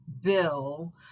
bill